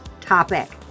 topic